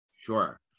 Sure